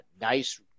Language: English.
Nice